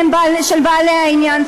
של בעלי העניין.